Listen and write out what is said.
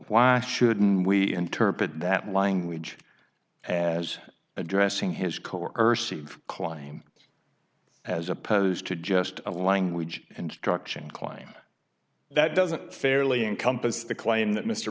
why shouldn't we interpret that language as addressing his coercive claim as opposed to just a language instruction klein that doesn't fairly encompass the claim